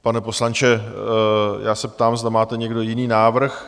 Pane poslanče, ptám se, zda máte někdo jiný návrh?